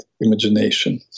imagination